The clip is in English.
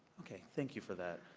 okay. thank you for that.